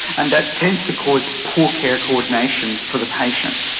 and that tends to cause poor care coordination for the patient.